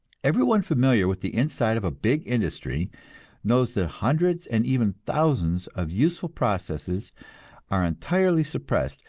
every one familiar with the inside of a big industry knows that hundreds and even thousands of useful processes are entirely suppressed,